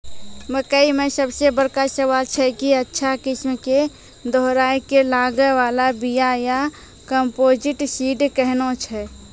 मकई मे सबसे बड़का सवाल छैय कि अच्छा किस्म के दोहराय के लागे वाला बिया या कम्पोजिट सीड कैहनो छैय?